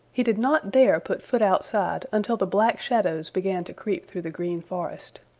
he did not dare put foot outside until the black shadows began to creep through the green forest.